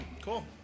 Cool